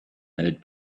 had